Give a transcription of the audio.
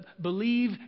believe